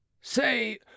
Say